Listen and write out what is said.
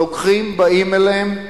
לוקחים, באים אליהם,